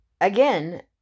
Again